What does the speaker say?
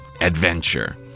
adventure